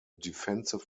defensive